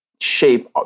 shape